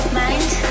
mind